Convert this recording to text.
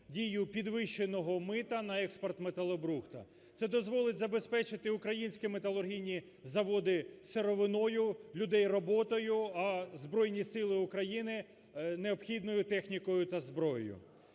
дію підвищеного мита на експорт металобрухту. Це дозволить забезпечити українські металургійні заводи сировиною, людей роботою, а Збройні сили України необхідною технікою та зброєю.